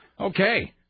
Okay